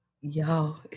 Y'all